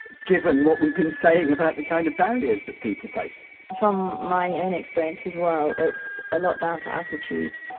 given what we've been saying about the kind of barriers that people face from my own experience as well, it's a lot down to attitude.